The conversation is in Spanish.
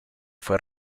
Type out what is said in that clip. fue